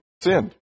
sinned